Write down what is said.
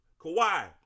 Kawhi